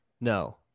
No